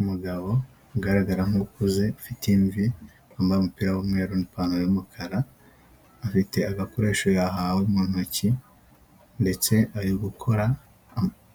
Umugabo ugaragara nk'ukuze ufite invi, wambaye umupira w'umweru n'ipantaro y'umukara, afite agakoresho yahawe mu ntoki, ndetse ari gukora